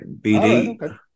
BD